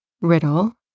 Riddle